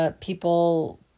people